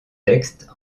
texte